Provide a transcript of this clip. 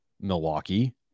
Milwaukee